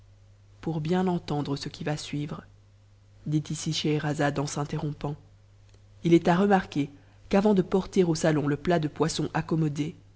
t'icn entendre ce qui va suivre dit ici scheherazade en s'inter pnnt est à remarquer qu'avant de porter au salon le plat de poisaccommodé